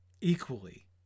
equally